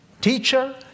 Teacher